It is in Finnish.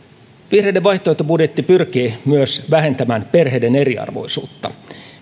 vihreiden vaihtoehtobudjetti pyrkii myös vähentämään perheiden eriarvoisuutta